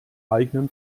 eigenen